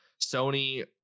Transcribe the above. Sony